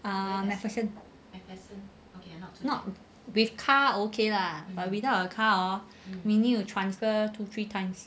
um macpherson not with car okay lah but without a car hor we need to transfer two three times